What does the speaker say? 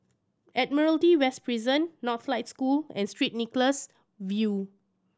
Admiralty West Prison Northlight School and Street Nicholas View